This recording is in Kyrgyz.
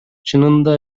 чынында